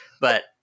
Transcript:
But-